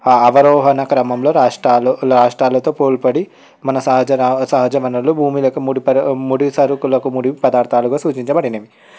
అవరోహణ క్రమంలో రాష్ట్రాలు రాష్ట్రాలతో పోల్పడి మన సహజ రావు సహజ వనరులు భూములకు ముడిపడి ముడి సరుకులకు ముడి పదార్థాలుకు సూచించబడినవి